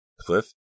Cliff